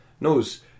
knows